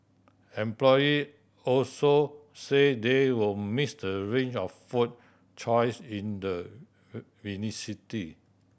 employee also say they will miss the range of food choice in the